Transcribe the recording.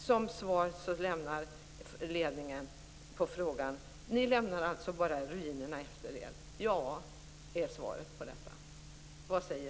Som svar på frågan: Ni lämnar alltså bara ruinerna efter er?